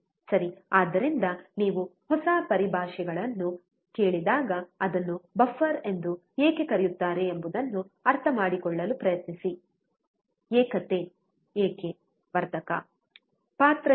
ಸರಿ ಆದ್ದರಿಂದ ನೀವು ಹೊಸ ಪರಿಭಾಷೆಗಳನ್ನು ಕೇಳಿದಾಗ ಅದನ್ನು ಬಫರ್ ಎಂದು ಏಕೆ ಕರೆಯುತ್ತಾರೆ ಎಂಬುದನ್ನು ಅರ್ಥಮಾಡಿಕೊಳ್ಳಲು ಪ್ರಯತ್ನಿಸಿ ಏಕತೆ ಏಕೆ ವರ್ಧಕ ಪಾತ್ರ ಏನು